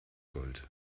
gold